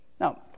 Now